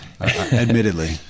Admittedly